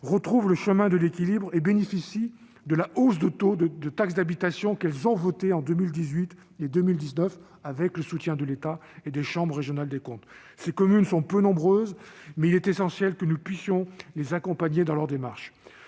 retrouver le chemin de l'équilibre et leur permettre de bénéficier de la hausse du taux de taxe d'habitation qu'elles ont votée en 2018 et 2019 avec le soutien de l'État et des chambres régionales des comptes. Ces communes sont peu nombreuses, mais il est essentiel que nous puissions les accompagner dans leur démarche.